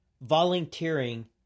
volunteering